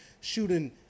shooting